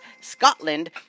Scotland